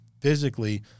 physically